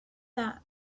that